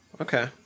okay